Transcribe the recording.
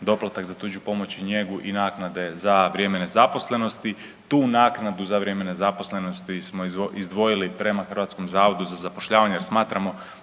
doplatak za tuđu pomoć i njegu i naknade za vrijeme nezaposlenosti. Tu naknadu za vrijeme nezaposlenosti smo izdvojili prema Hrvatskom zavodu za zapošljavanje jer smatramo